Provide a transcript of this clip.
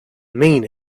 mean